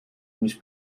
ომის